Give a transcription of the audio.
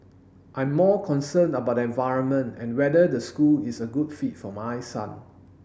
I'm more concerned about the environment and whether the school is a good fit for my son